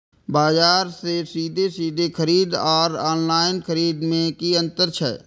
बजार से सीधे सीधे खरीद आर ऑनलाइन खरीद में की अंतर छै?